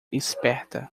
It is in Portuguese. esperta